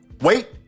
Wait